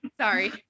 sorry